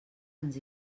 ens